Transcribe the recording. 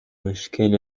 مشکل